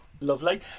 Lovely